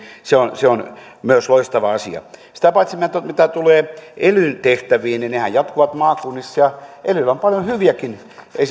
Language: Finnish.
se on se on myös loistava asia sitä paitsi mitä tulee elyn tehtäviin niin nehän jatkuvat maakunnissa ja elyllä on paljon hyviäkin